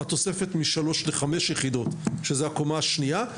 התוספת מ-3 ל-5 יחידות זאת הקומה השנייה.